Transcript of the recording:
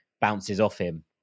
bounces-off-him